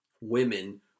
women